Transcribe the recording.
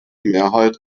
mehrheit